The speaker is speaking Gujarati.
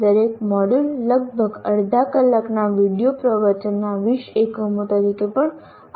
દરેક મોડ્યુલલગભગ અડધા કલાકના વિડીયો પ્રવચનના 20 એકમો તરીકે પણ આપવામાં આવે છે